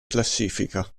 classifica